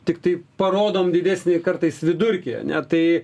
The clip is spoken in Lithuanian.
tiktai parodom didesnį kartais vidurkį ar ne tai